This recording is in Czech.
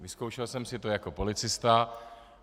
Vyzkoušel jsem si to jako policista.